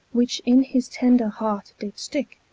which in his tender heart did sticke,